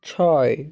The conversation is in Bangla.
ছয়